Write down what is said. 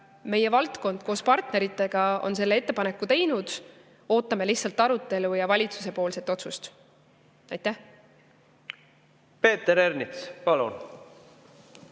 meie valdkond koos partneritega on selle ettepaneku teinud, ootame lihtsalt arutelu ja valitsuse otsust. Peeter Ernits, palun!